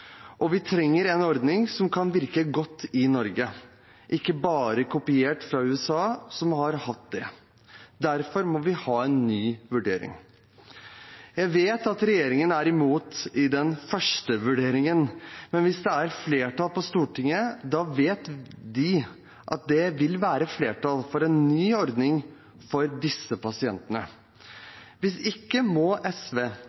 og vi trenger en ordning som kan virke godt i Norge, ikke bare kopiert fra USA, som har hatt det. Derfor må vi ha en ny vurdering. Jeg vet at regjeringen er imot i den første vurderingen, men hvis det er flertall på Stortinget, vet de at det vil være flertall for en ny ordning for disse pasientene. Hvis ikke må SV